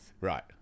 right